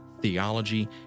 theology